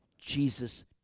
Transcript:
Jesus